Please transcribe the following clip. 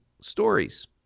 stories